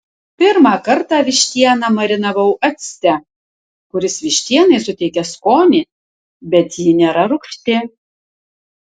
pirmą kartą vištieną marinavau acte kuris vištienai suteikia skonį bet ji nėra rūgšti